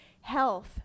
health